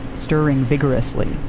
stirring vigorously.